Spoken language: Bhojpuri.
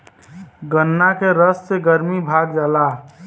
गन्ना के रस से गरमी भाग जाला